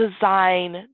design